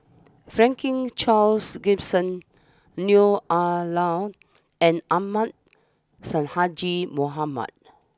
Franklin Charles Gimson Neo Ah Lau and Ahmad Sonhadji Mohamad